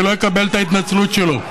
אני לא אקבל את ההתנצלות שלו.